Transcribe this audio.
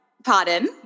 Pardon